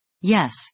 Yes